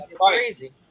crazy